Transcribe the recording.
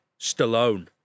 Stallone